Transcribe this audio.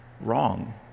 wrong